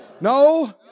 No